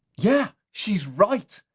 yeah, she's right.